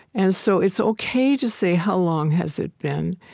and so it's ok to say, how long has it been?